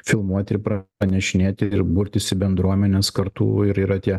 filmuoti ir pra pranešinėti ir burtis į bendruomenes kartu ir yra tie